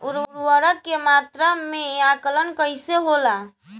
उर्वरक के मात्रा में आकलन कईसे होला?